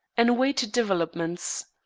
and waited developments.